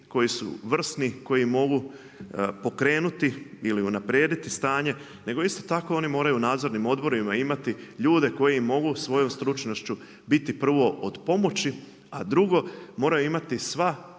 koji su vrsni, koji mogu pokrenuti ili unaprijediti stanje, nego isto tako oni moraju u nadzornim odborima imati ljude koji im mogu svojom stručnošću biti prvo od pomoći, a drugo moraju imati sva